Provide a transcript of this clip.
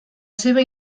seva